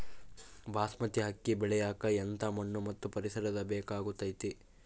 ಬಾಸ್ಮತಿ ಅಕ್ಕಿ ಬೆಳಿಯಕ ಎಂಥ ಮಣ್ಣು ಮತ್ತು ಪರಿಸರದ ಬೇಕಾಗುತೈತೆ?